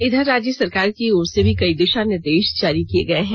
इधर राज्य सरकार की ओर से भी कई दिषा निर्देष जारी किये गये हैं